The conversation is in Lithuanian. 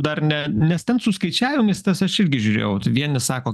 dar ne nes ten su skaičiavimais tas aš irgi žiūrėjau vieni sako